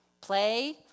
play